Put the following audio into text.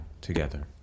together